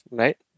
right